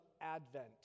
advent